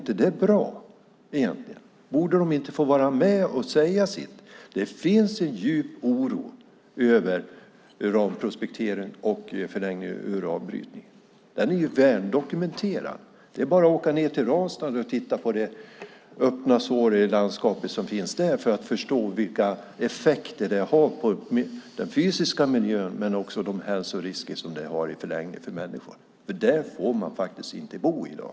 Är det inte bra? Borde de inte få vara med och säga sitt? Det finns en djup oro över uranprospektering och i förlängningen uranbrytning. Den är dokumenterad. Det är bara att åka ned till Ranstad och se det öppna, såriga landskapet där för att förstå vilka effekter det har på den fysiska miljön men också de risker det har i förlängningen för människor. Där får man inte bo i dag.